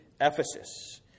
Ephesus